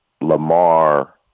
Lamar